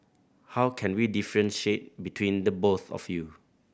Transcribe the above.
how can we differentiate between the both of you